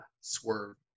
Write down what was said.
Swerve